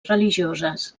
religioses